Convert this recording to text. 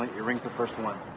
like it rings the first one.